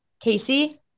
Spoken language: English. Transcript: casey